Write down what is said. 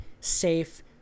Safe